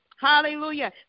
Hallelujah